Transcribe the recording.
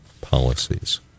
policies